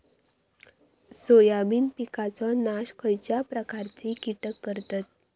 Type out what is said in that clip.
Soybean पिकांचो नाश खयच्या प्रकारचे कीटक करतत?